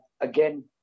Again